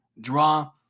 draw